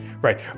right